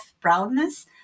proudness